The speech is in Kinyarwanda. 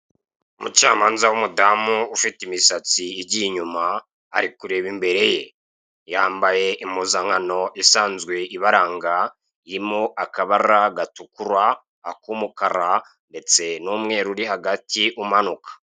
Umucamanza w'umudamu ufite imisatsi igiye inyuma ari kureba imbere ye. Yambaye impuzankano isanzwe ibaranga irimo akabara gatukura, ak'umukara ndetse n'umweru uri hagati umanuka.